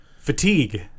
fatigue